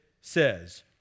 says